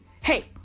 hey